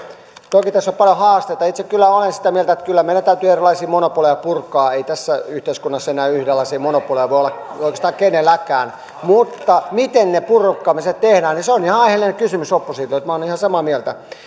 toki tässä on paljon haasteita itse olen sitä mieltä että kyllä meidän täytyy erilaisia monopoleja purkaa ei tässä yhteiskunnassa enää yhdenlaisia monopoleja voi olla oikeastaan kenelläkään mutta se miten ne purkamiset tehdään on ihan aiheellinen kysymys oppositiolta minä olen ihan samaa mieltä